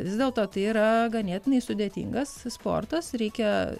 vis dėlto tai yra ganėtinai sudėtingas sportas reikia